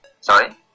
Sorry